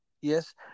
Yes